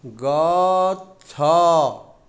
ଗଛ